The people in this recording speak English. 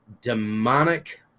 demonic